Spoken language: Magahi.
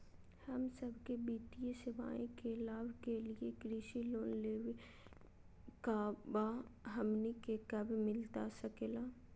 हम सबके वित्तीय सेवाएं के लाभ के लिए कृषि लोन देवे लेवे का बा, हमनी के कब मिलता सके ला?